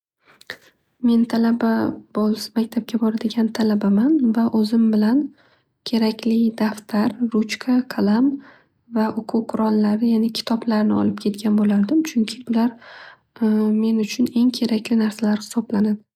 Men talaba men maktabga boradigan talbaman va o'zim bilan kerakli daftar, ruchka qalam va o'quv qurollari yani kitoblarni olib ketgan bo'lardim. Chunki ular men uchun eng kerakli narsalar hisoblanadi.